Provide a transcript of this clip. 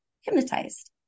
hypnotized